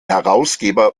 herausgeber